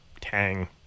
tang